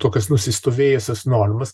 tokias nusistovėjusias normas